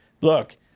look